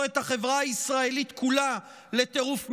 את החברה הישראלית כולה לטירוף מערכות.